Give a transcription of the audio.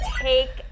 Take